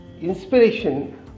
inspiration